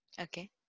Okay